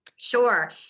Sure